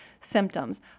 symptoms